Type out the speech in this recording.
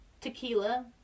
Tequila